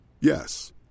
Yes